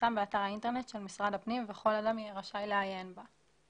ושתפורסם באתר האינטרנט של משרד הפנים וכל אדם יהיה רשאי לעיין בה.